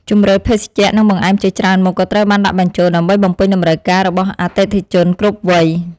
ជម្រើសភេសជ្ជៈនិងបង្អែមជាច្រើនមុខក៏ត្រូវបានដាក់បញ្ចូល ដើម្បីបំពេញតម្រូវការរបស់អតិថិជនគ្រប់វ័យ។